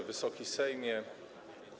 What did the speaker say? Wysoki Sejmie!